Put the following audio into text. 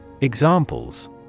Examples